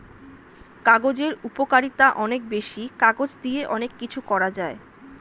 কাগজের উপকারিতা অনেক বেশি, কাগজ দিয়ে অনেক কিছু করা যায়